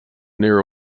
near